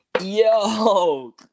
Yo